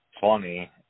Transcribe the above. funny